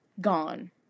gone